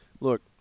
look